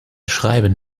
schreiben